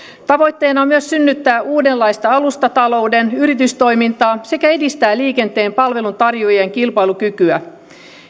tavoitteena on myös synnyttää uudenlaista alustatalouden yritystoimintaa sekä edistää liikenteen palveluntarjoajien kilpailukykyä